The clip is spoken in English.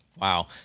Wow